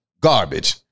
garbage